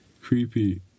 creepy